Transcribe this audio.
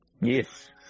yes